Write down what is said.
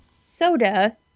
soda